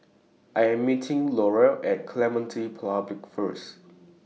I Am meeting Laurel At Clementi Public First